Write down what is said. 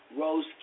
Rose